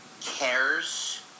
cares